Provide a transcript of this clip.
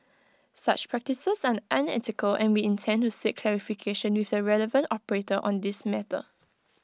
such practices are unethical and we intend to seek clarification with the relevant operator on this matter